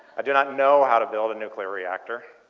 i do not know how to build a nuclear reactor.